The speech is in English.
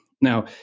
Now